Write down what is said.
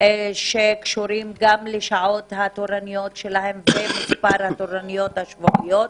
בנוגע לשעות התורנויות ומספר התורנויות השבועיות,